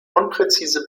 unpräzise